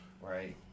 right